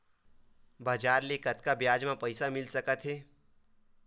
बजार ले कतका ब्याज म पईसा मिल सकत हे?